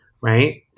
right